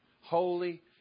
Holy